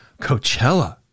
Coachella